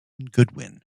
goodwin